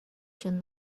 should